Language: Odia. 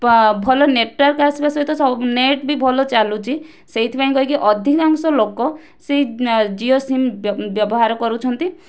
ପ ଭଲ ନେଟୱାର୍କ୍ ଆସିବା ସହିତ ସ ନେଟ୍ ବି ଭଲ ଚାଲୁଛି ସେଇଥିପାଇଁ କହିକି ଅଧିକାଂଶ ଲୋକ ସେଇ ଜିଓ ସିମ୍ ବ୍ୟ ବ୍ୟବହାର କରୁଛନ୍ତି